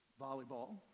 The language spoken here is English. volleyball